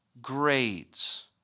grades